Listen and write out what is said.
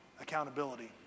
accountability